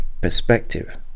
perspective